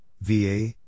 VA